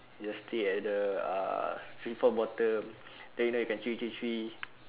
you'll stay at the ah free fall bottom then you know you can tree tree tree